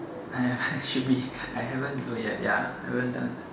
I should be I haven't do yet ya I haven't done